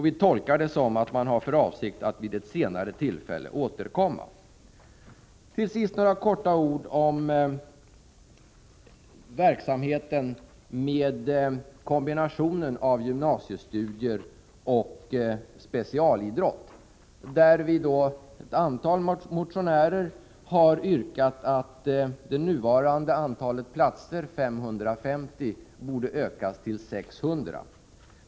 Vi tolkar det så, att man har för avsikt att vid ett senare tillfälle återkomma i frågan. Till sist några få ord om verksamheten med kombination av gymnasiestudier och specialidrott. Jag har tillsammans med ett antal andra motionärer yrkat att det nuvarande antalet platser, 550, borde ökas till 600.